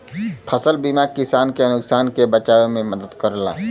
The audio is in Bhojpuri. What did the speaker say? फसल बीमा किसान के नुकसान से बचाव में मदद करला